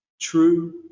true